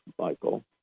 Michael